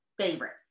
favorite